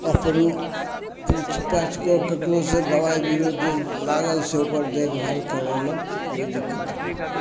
अपनो पूछपाछ कऽ ककरोसे दवाइ बिरो जे लागल से ओकर देखभाल करेलहुँ कोइ दिक्कत नहि